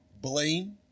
Blame